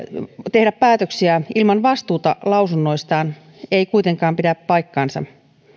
tehdä päätöksiä ilman vastuuta lausunnoistaan ei kuitenkaan pidä paikkaansa